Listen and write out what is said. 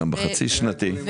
וגם בחצי-שנתי.